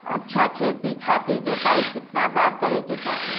अच्छा खेती खातिर जोताई कितना बार करे के चाही?